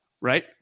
right